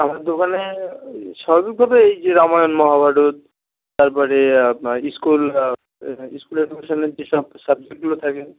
আমার দোকানে সবই পাবে এই যে রামায়ণ মহাভারত তারপরে আপনার স্কুল আ স্কুলের কোশ্চেনের যেসব সাবজেক্টগুলো থাকে